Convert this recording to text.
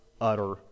utter